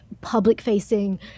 public-facing